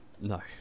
No